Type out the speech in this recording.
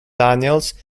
daniels